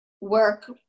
work